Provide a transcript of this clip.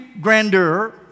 grandeur